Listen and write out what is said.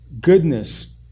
goodness